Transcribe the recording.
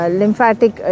lymphatic